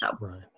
Right